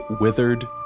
withered